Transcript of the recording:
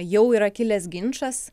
jau yra kilęs ginčas